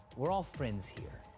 we're all friends here.